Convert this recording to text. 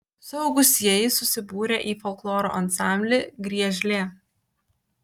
suaugusieji susibūrę į folkloro ansamblį griežlė